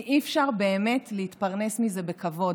כי אי-אפשר באמת להתפרנס מזה בכבוד,